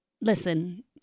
Listen